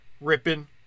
Ripping